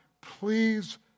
please